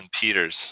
Peters